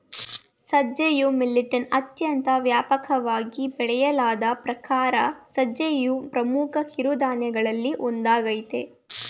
ಸಜ್ಜೆಯು ಮಿಲಿಟ್ನ ಅತ್ಯಂತ ವ್ಯಾಪಕವಾಗಿ ಬೆಳೆಯಲಾದ ಪ್ರಕಾರ ಸಜ್ಜೆಯು ಪ್ರಮುಖ ಕಿರುಧಾನ್ಯಗಳಲ್ಲಿ ಒಂದಾಗಯ್ತೆ